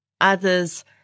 Others